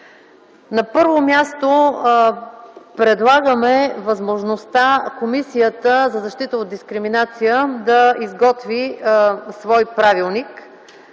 На първо място, предлагаме възможността Комисията за защита от дискриминация да изготви свой правилник.